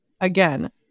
Again